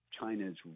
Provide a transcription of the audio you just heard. China's